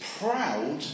proud